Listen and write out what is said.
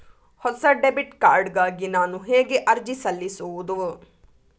ಹೊಸ debit card ಗಾಗಿ ನಾನು ಹೇಗೆ ಅರ್ಜಿ ಸಲ್ಲಿಸುವುದು?